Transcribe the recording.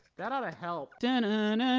that oughta help. did and and and